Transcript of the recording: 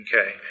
Okay